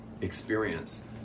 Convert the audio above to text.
experience